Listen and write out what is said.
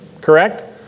correct